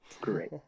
Great